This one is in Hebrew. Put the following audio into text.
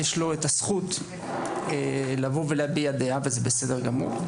יש לו את הזכות לבוא ולהביע דעה וזה בסדר גמור,